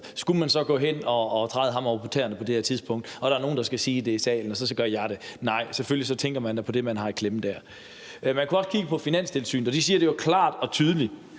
skulle man så gå hen og træde ham over tæerne på det her tidspunkt, og der er nogle, der skal sige det i salen, og så gør man det? Nej, selvfølgelig tænker man da på det, man har i klemme der. Man kunne også kigge på Finanstilsynet, som jo klart og tydeligt